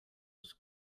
was